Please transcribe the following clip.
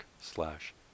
slash